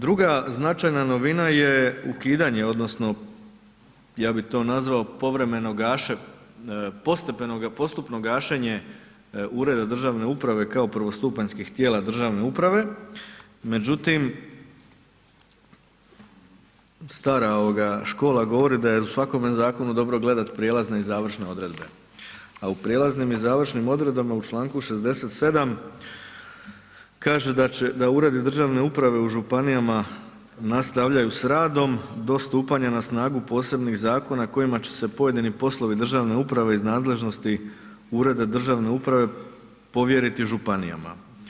Druga značajna novina je ukidanje odnosno ja bi to nazvao povremeno gašenje, postepenoga, postupno gašenje ureda državne uprave kao prvostupanjskih tijela državne uprave, međutim, stara škola govori da je u svakome zakonu dobro gledat prijelazne i završne odredbe, a u prijelaznim i završnim odredbama u čl. 67. kaže da će, da uredi državne uprave u županijama nastavljaju s radom do stupanja na snagu posebnih zakona kojima će se pojedini poslovi državne uprave iz nadležnosti ureda državne uprave povjeriti županijama.